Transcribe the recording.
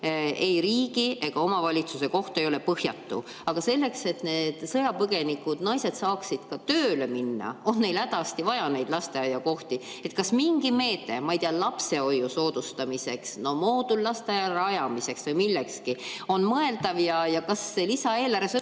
ei riigi ega omavalitsuse rahakott ei ole põhjatu. Aga selleks, et need sõjapõgenikest naised saaksid tööle minna, on neil hädasti vaja lasteaiakohti. Kas mingi meede, ma ei tea, lapsehoiu soodustamiseks, moodullasteaia rajamiseks või millekski muuks on mõeldav ja kas lisaeelarves